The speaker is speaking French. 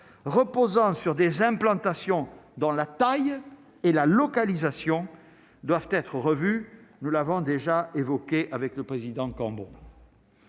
reposant sur des implantations dans la taille et la localisation, doivent être revues, nous l'avons déjà évoqué avec le président Cambon.